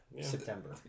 September